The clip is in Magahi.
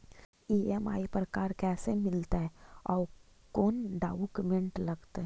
ई.एम.आई पर कार कैसे मिलतै औ कोन डाउकमेंट लगतै?